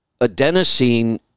adenosine